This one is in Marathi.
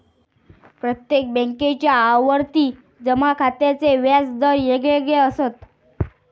प्रत्येक बॅन्केच्या आवर्ती जमा खात्याचे व्याज दर येगयेगळे असत